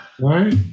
right